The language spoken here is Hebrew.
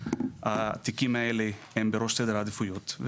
התיקים האלה בראש סדר העדיפויות.